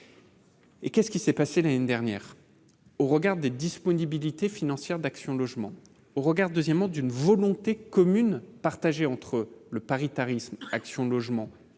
Et qu'est ce qui s'est passé l'année dernière au regard des disponibilités financières d'Action Logement au regarde, deuxièmement, d'une volonté commune, partagée entre le paritarisme Action logement